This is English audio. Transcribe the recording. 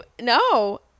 No